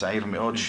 צעיר מאוד,